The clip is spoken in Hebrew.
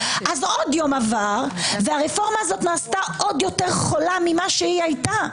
אז עוד יום עבר והרפורמה הזו נעשתה עוד יותר חולה ממה שהייתה.